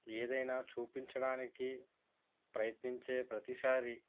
ఏదన్నా చూపించడానికి ప్రయత్నించే ప్రతిసారి